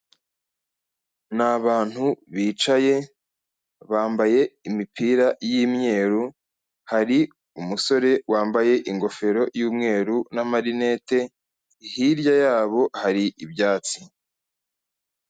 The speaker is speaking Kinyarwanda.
Ni abantu bicaye, bambaye imipira y'imweru, hari umusore wambaye ingofero y'umweru n'amarinete, hirya yabo hari ibyatsi.